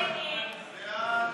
ההסתייגות (229) של חבר